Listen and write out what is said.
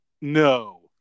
no